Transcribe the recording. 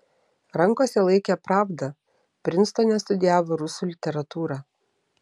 rankose laikė pravdą prinstone studijavo rusų literatūrą